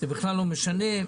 זה בכלל לא משנה.